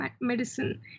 medicine